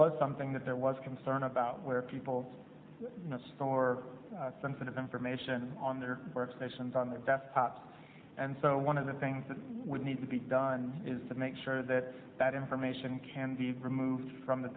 was something that there was concern about where people store sensitive information on their workstations on their desktops and so one of the things that would need to be done is that make sure that that information can be removed from the